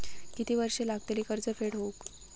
किती वर्षे लागतली कर्ज फेड होऊक?